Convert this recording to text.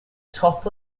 top